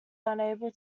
unable